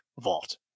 vault